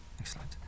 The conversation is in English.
excellent